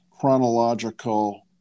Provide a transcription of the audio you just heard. chronological